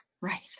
Right